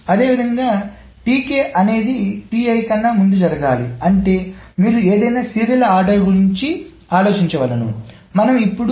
అదేవిధంగా అనేది కన్నా ముందు జరగాలి అంటే మీరు ఏదైనా సీరియల్ ఆర్డర్ గురించి ఆలోచించవలెను మనము ఇప్పుడు